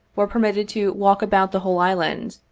were permitted to walk about the whole island,